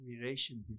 relation